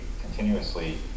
continuously